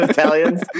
Italians